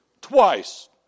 twice